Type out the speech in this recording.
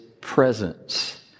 presence